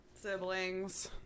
siblings